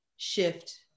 shift